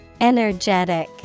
Energetic